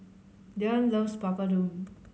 Diann loves Papadum